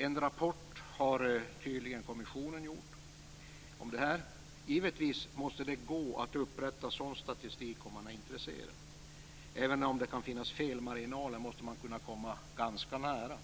Kommissionen har tydligen gjort en rapport om det här. Givetvis måste det gå att upprätta sådan statistik om man är intresserad. Även om det kan finnas felmarginaler måste man kunna komma ganska nära.